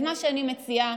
אז מה שאני מציעה,